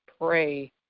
pray